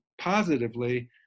positively